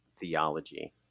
theology